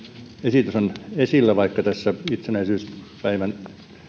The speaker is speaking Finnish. esitys on esillä vaikka tässä itsenäisyyspäivän